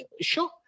sure